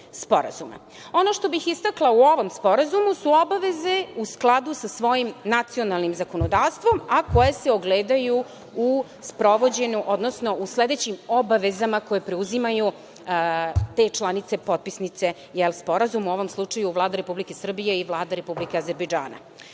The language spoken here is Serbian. što bih istakla u ovom Sporazumu su obaveze u skladu sa svojim nacionalnim zakonodavstvom, a koje se ogledaju u sprovođenju, odnosno u sledećim obavezama koje preuzimaju te članice, potpisnice sporazuma. U ovom slučaju Vlada Republike Srbije i Vlada Republike Azerbejdžana. Što